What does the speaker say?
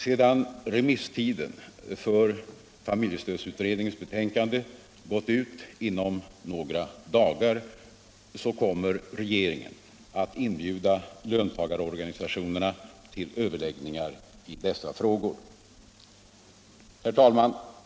Sedan remisstiden för familjestödsutredningens betänkande gått ut inom några dagar kommer regeringen att inbjuda löntagarorganisationerna till överläggningar i dessa frågor. Herr talman!